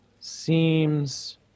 Seems